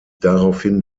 daraufhin